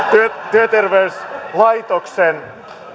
työterveyslaitoksen